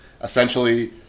Essentially